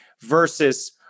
versus